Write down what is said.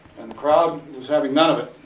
and crowd was having none of it.